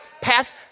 pass